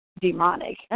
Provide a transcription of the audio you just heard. demonic